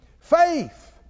Faith